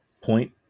point